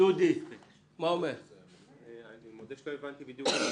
אני מודה שלא הבנתי בדיוק.